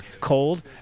cold